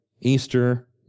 Easter